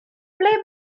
ble